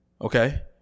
Okay